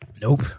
Nope